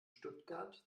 stuttgart